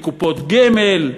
לקופות גמל,